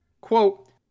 Quote